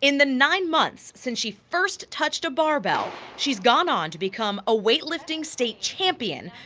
in the nine months since she first touched a barbell, she's gone on to become a weightlifting state champion,